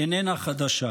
איננה חדשה.